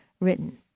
written